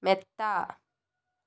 മെത്ത